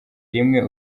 rimwe